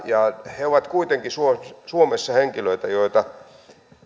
he ovat kuitenkin suomessa suomessa henkilöitä joita